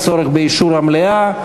אין צורך באישור המליאה.